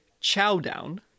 Chowdown